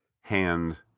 hand